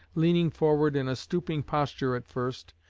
leaning forward in a stooping posture at first,